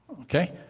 okay